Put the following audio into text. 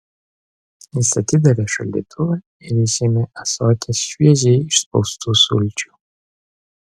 jis atidarė šaldytuvą ir išėmė ąsotį šviežiai išspaustų sulčių